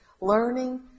learning